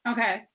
Okay